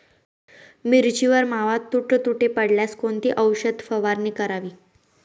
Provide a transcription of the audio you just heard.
मिरचीवर मावा, तुडतुडे पडल्यास कोणती औषध फवारणी करावी?